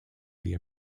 via